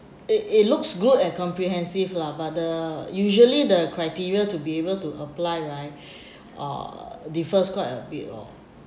it it looks good and comprehensive lah but the usually the criteria to be able to apply right uh differs quite a bit oh